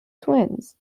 twins